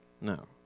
No